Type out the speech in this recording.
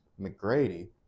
McGrady